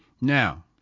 now